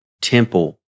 temple